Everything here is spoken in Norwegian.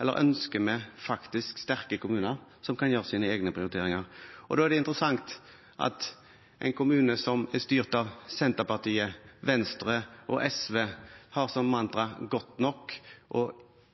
Ønsker vi sterke kommuner, som kan gjøre sine egne prioriteringer? Det er interessant at en kommune som er styrt av bl.a. Senterpartiet, Venstre og SV, har som mantra «godt nok», og